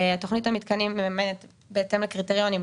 תוכנית המתקנים מממנת בהתאם לקריטריונים.